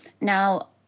now